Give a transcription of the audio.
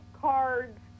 cards